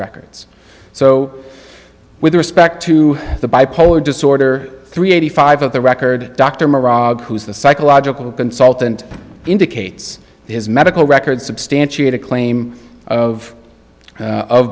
records so with respect to the bipolar disorder three eighty five of the record dr morag who is the psychological consultant indicates his medical records substantiate a claim of